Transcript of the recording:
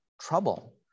trouble